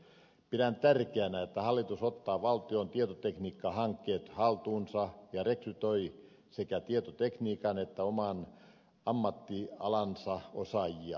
pidän tärkeänä että hallitus ottaa valtion tietotekniikkahankkeet haltuunsa ja rekrytoi sekä tietotekniikan että oman ammattialansa osaajia